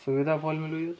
ସୁବିଧା ଭଲ ମିଳୁଛି